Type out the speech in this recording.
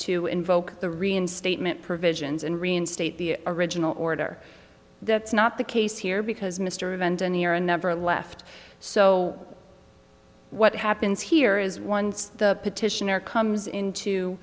to invoke the reinstatement provisions and reinstate the original order that's not the case here because mr event a near a never left so what happens here is once the petitioner comes into